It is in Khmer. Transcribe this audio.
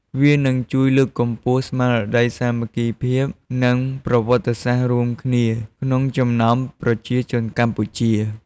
វានឹងជួយលើកកម្ពស់ ស្មារតីសាមគ្គីភាព និង ប្រវត្តិសាស្ត្ររួមគ្នា ក្នុងចំណោមប្រជាជនកម្ពុជា។